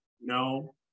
no